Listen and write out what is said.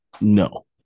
No